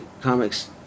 comics